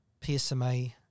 PSMA